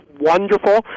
wonderful